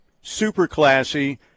super-classy